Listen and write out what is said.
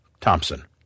Thompson